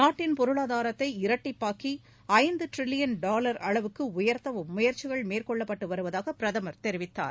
நாட்டின் பொருளாதாரத்தை இரட்டிப்பாக்கி ஐந்து ட்ரில்லியன் டாலர் அளவுக்கு உயர்த்தவும் முயற்சிகள் மேற்கொள்ளப்பட்டு வருவதாக பிரதமர் தெரிவித்தார்